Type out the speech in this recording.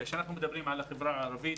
כאשר אנחנו מדברים על החברה הערבית,